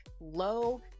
low